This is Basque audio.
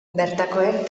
bertakoek